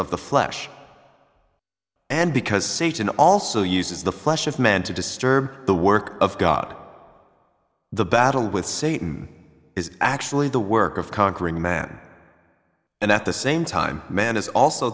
of the flesh and because satan also uses the flesh of men to disturb the work of god the battle with satan is actually the work of conquering man and at the same time man is also